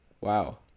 Wow